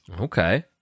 Okay